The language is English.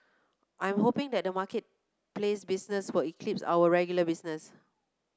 I'm hoping that the marketplace business will eclipse our regular business